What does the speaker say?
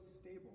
stable